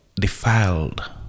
Defiled